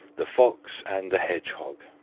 the fox and the hedgehog